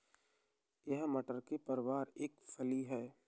यह मटर के परिवार का एक फली है